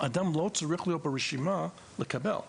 אדם לא צריך להיות ברשימה, לקבל.